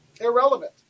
Irrelevant